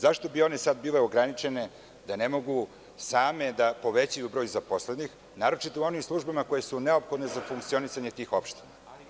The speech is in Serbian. Zašto bi one sada bile ograničene da ne mogu same da povećaju broj zaposlenih, naročito u onim službama koje su neophodne za funkcionisanje tih opština.